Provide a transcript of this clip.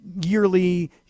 yearly